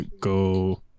go